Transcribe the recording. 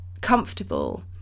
comfortable